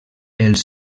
els